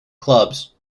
clubs